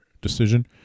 decision